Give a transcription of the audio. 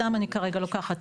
סתם אני כרגע לוקחת,